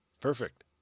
Perfect